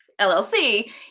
llc